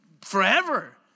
forever